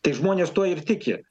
tai žmonės tuo ir tiki